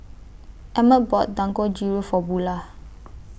Emett bought Dangojiru For Bulah